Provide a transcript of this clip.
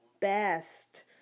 best